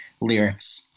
lyrics